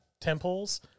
temples